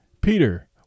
Peter